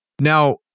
Now